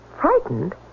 Frightened